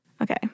okay